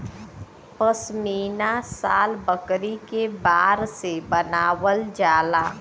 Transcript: पश्मीना शाल बकरी के बार से बनावल जाला